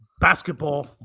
basketball